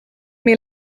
may